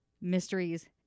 mysteries